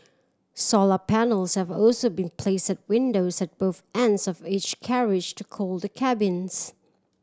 solar panels have also been placed at windows at both ends of each carriage to cool the cabins